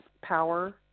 power